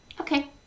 Okay